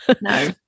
No